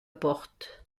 porte